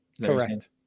Correct